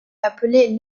appelée